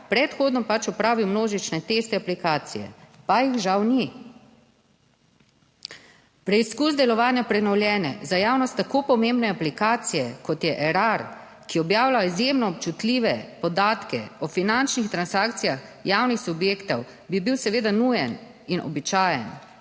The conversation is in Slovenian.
(TB) - 13.45** (nadaljevanje) pa jih žal ni. Preizkus delovanja prenovljene, za javnost tako pomembne aplikacije, kot je Erar, ki objavlja izjemno občutljive podatke o finančnih transakcijah javnih subjektov, bi bil seveda nujen in običajen.